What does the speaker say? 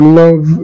love